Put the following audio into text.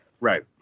right